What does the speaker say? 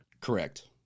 Correct